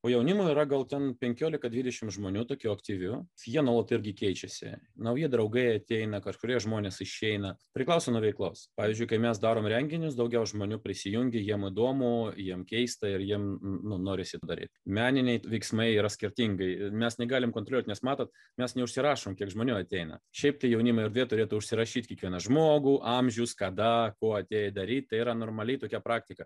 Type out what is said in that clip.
o jaunimo yra gal ten penkiolika dvidešimt žmonių tokių aktyvių jie nuolat irgi keičiasi nauji draugai ateina kažkurie žmonės išeina priklauso nuo veiklos pavyzdžiui kai mes darom renginius daugiau žmonių prisijungia jiem įdomu jiem keista ir jiem norisi daryti meniniai veiksmai yra skirtingai mes negalim kontroliuot nes matot mes neužsirašom kiek žmonių ateina šiaip tai jaunimo erdvė turėtų užsirašyti kiekvieną žmogų amžius kada ko atėjai daryt tai yra normali tokia praktika